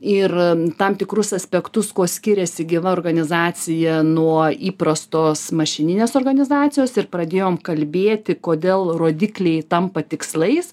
ir tam tikrus aspektus kuo skiriasi gyva organizacija nuo įprastos mašininės organizacijos ir pradėjom kalbėti kodėl rodikliai tampa tikslais